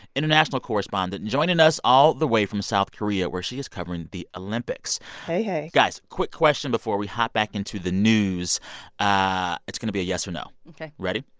international correspondent, joining us all the way from south korea, where she is covering the olympics hey, hey guys, quick question before we hop back into the news ah it's going to be a yes or no. ready?